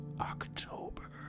October